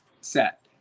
set